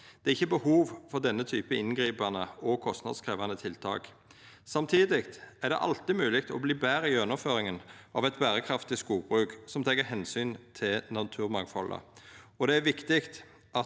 Det er ikkje behov for denne typen inngripande og kostnadskrevjande tiltak. Samtidig er det alltid mogleg å verta betre i gjennomføringa av eit berekraftig skogbruk som tek omsyn til naturmangfaldet,